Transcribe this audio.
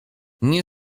nie